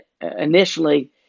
initially